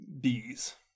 bees